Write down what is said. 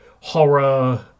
horror